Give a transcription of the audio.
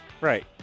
Right